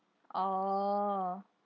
oh